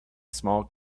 small